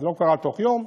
זה לא קרה תוך יום.